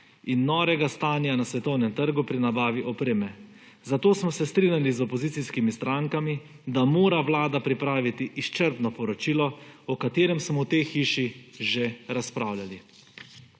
in norega stanja na svetovnem trgu pri nabavi opreme, zato smo se strinjali z opozicijskimi strankami, da mora Vlada pripraviti izčrpno poročilo, o katerem smo v tej hiši že razpravljali.